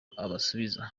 abasubiza